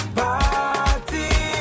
party